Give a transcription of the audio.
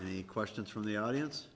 the questions from the audience